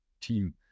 team